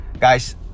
Guys